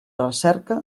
recerca